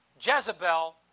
Jezebel